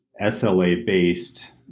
SLA-based